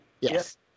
Yes